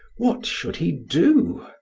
what should he do?